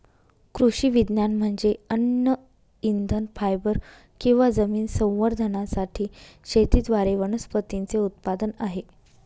कृषी विज्ञान म्हणजे अन्न इंधन फायबर किंवा जमीन संवर्धनासाठी शेतीद्वारे वनस्पतींचे उत्पादन आहे